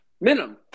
Minimum